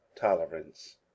tolerance